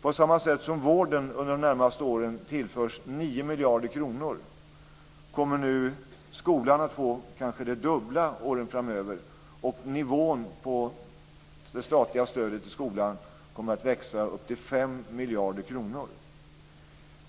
På samma sätt som vården under de närmaste åren tillförs 9 miljarder kronor kommer nu skolan att få kanske det dubbla åren framöver, och nivån på det statliga stödet till skolan kommer att växa upp till 5 miljarder kronor.